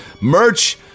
Merch